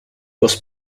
was